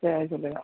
Jay Jhulelal